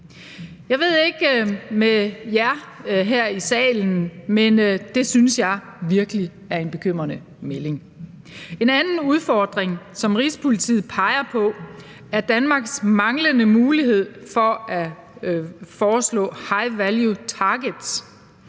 Jeg ved ikke med jer her i salen, men det synes jeg virkelig er en bekymrende melding. Kl. 17:41 En anden udfordring, som Rigspolitiet peger på, er Danmarks manglende mulighed for at foreslå high value targets.